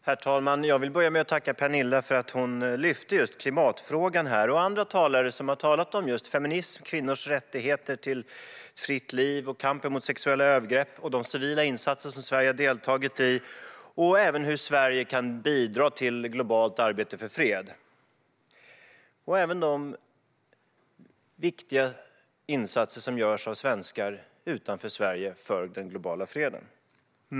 Herr talman! Jag vill börja med att tacka Pernilla för att hon lyfte just klimatfrågan, och även andra talare som talat om feminism, kvinnors rätt till ett fritt liv, kampen mot sexuella övergrepp, de civila insatser som Sverige har deltagit i och hur Sverige kan bidra till ett globalt arbete för fred. Jag vill också nämna de viktiga insatser som görs av svenskar utanför Sverige för den globala freden.